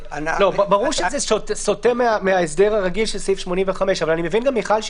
ברור שזה סוטה מההסדר הרגיל של סעיף 85. מיכל,